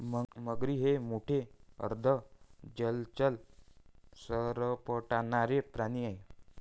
मगरी हे मोठे अर्ध जलचर सरपटणारे प्राणी आहेत